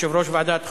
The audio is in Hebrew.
יושב-ראש ועדת חוק,